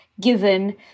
given